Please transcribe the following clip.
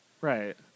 Right